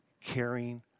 caring